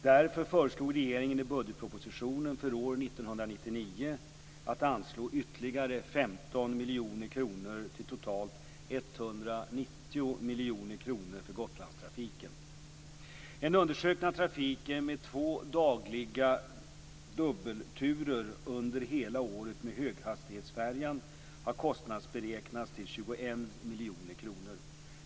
Därför föreslog regeringen i budgetpropositionen för år 1999 att man skulle anslå ytterligare 15 miljoner kronor, totalt 190 En utökning av trafiken med två dagliga dubbelturer under hela året med höghastighetsfärjan har kostnadsberäknats till 21 miljoner kronor.